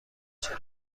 چرا